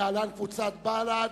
להלן: קבוצת סיעת בל"ד,